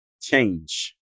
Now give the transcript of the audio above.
change